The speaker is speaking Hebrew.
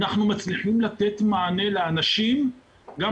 בחלק ניכר מהמקרים אנחנו מצליחים לתת מענה לאנשים גם